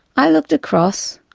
i looked across,